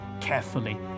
carefully